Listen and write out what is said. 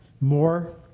more